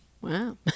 wow